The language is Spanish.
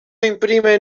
imprime